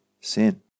sin